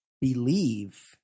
believe